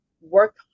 work